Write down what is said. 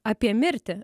apie mirtį